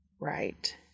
Right